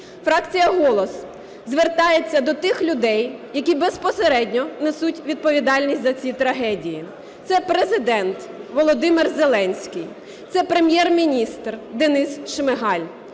Фракція "Голос" звертається до тих людей, які безпосередньо несуть відповідальність за ці трагедії: це Президент Володимир Зеленський, це Прем'єр-міністр Денис Шмигаль.